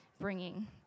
bringing